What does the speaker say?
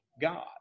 God